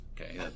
okay